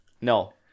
No